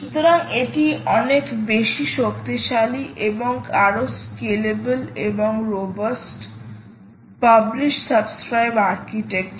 সুতরাং এটি অনেক বেশি শক্তিশালী এবং আরও স্কেলেবল এবং রোবাস্ট পাবলিশ সাবস্ক্রাইব আর্কিটেকচার